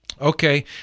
Okay